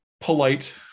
polite